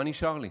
מה נשאר לי?